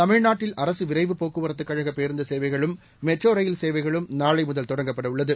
தமிழ்நாட்டில் அரசு விரைவு போக்குவரத்து கழக பேருந்து சேவைகளும் மெட்ரோ ரயில் சேவைகளும் நாளை முதல் தொடங்கப்பட உள்ளது